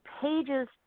pages